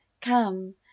come